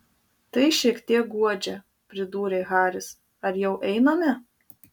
tai šiek tiek guodžia pridūrė haris ar jau einame